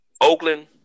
Oakland